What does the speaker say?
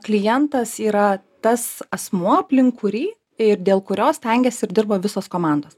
klientas yra tas asmuo aplink kurį ir dėl kurio stengiasi ir dirba visos komandos